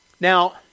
Now